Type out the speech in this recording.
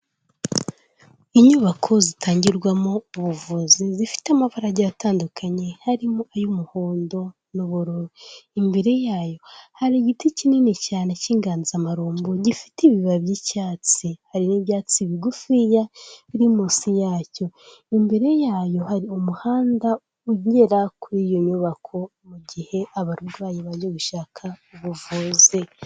Inyubako zitangirwa mu buvuzi zifite amafarage atandukanye, harimo iy'umuhondo n'ubururu, imbere yayo hari igiti kinini cyane cy'inganzamarumbu, gifite ibibabi by'icyatsi, hari n'ibyatsi bigufiya biri munsi yacyo, imbere yayo hari umuhanda ugera kuri iyo nyubako mu gihe abarwayi baje gushaka ubuvuzi.